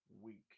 week